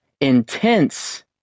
intense